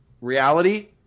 reality